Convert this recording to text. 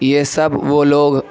یہ سب وہ لوگ